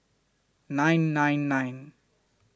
nine nine nine